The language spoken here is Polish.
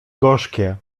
gorzkie